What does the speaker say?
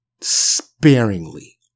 sparingly